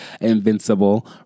Invincible